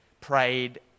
prayed